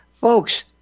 folks